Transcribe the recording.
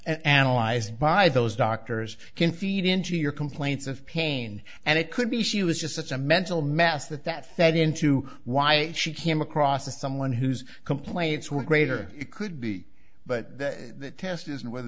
analyzed by those doctors can feed into your complaints of pain and it could be she was just such a mental mess that that fed into why she came across as someone whose complaints were greater it could be but the test isn't whether